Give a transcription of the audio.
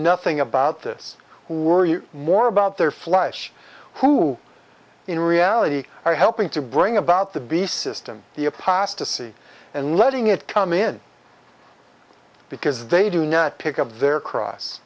nothing about this who are you more about their flesh who in reality are helping to bring about the beast system the apostasy and letting it come in because they do not pick of their cross